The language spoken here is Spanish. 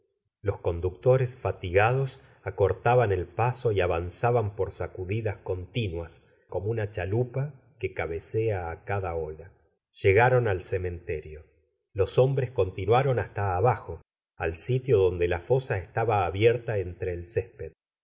los conductores fatigados acortaban el paso y aya zaban por sacudidas continuas como una chalupa que cabecea á c da ola gustavo flaubert llegaron al cementerio los hombres continuaron hasta abajo al sitio donde la fosa estaba abierta entre el césped se